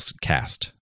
cast